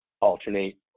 alternate